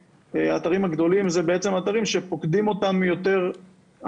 שהאתרים הגדולים זה בעצם אתרים שפוקדים אותם יותר אנשים.